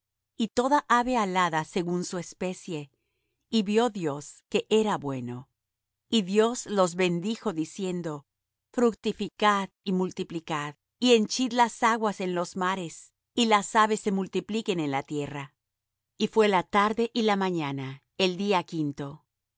y toda ave alada según su especie y vió dios que era bueno y dios los bendijo diciendo fructificad y multiplicad y henchid las aguas en los mares y las aves se multipliquen en la tierra y fué la tarde y la mañana el día quinto